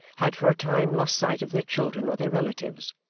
had for a time lost sight of their children or their relatives,